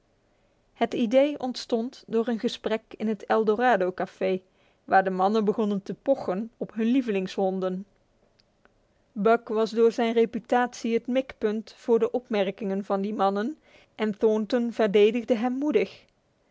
het idee ontstond door een gesprek in het eldorado café waar de mannen begonnen te pochen op hun lievelingshonden buck was door zijn reputatie het mikpunt voor de opmerkingen van die mannen en thornton verdedigde hem moedig